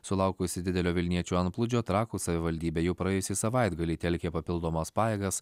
sulaukusi didelio vilniečių antplūdžio trakų savivaldybė jau praėjusį savaitgalį telkė papildomas pajėgas